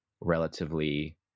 relatively